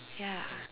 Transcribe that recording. ya